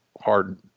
hard